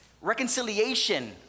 reconciliation